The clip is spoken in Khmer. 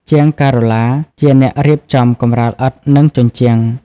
ជាងការ៉ូឡាជាអ្នករៀបចំកម្រាលឥដ្ឋនិងជញ្ជាំង។